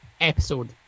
episode